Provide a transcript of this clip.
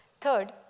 Third